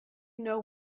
know